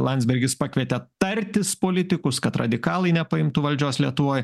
landsbergis pakvietė tartis politikus kad radikalai nepaimtų valdžios lietuvoj